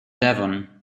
devon